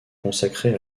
consacrée